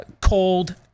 cold